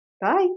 bye